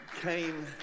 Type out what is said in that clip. came